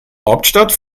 hauptstadt